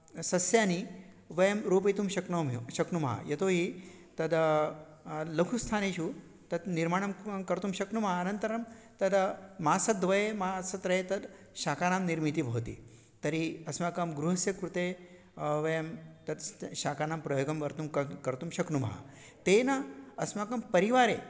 सस्यानि वयं रोपयितुं शक्नोमि शक्नुमः यतो हि तदा लघुस्थानेषु तत् निर्माणं कु कर्तुं शक्नुमः अनन्तरं तदा मासद्वये मासत्रये तद् शाकानां निर्मितिः भवति तर्हि अस्माकं गृहस्य कृते वयं तत् स्त् शाकानां प्रयोगं कर्तुं कर् कर्तुं शक्नुमः तेन अस्माकं परिवारे